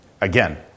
Again